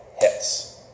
hits